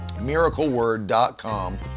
miracleword.com